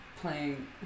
playing